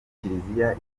kiliziya